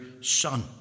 Son